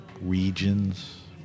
regions